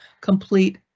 complete